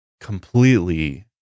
completely